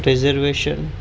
reservation